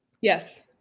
Yes